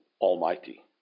Almighty